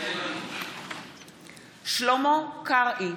מתחייב אני שלמה קרעי,